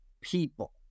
people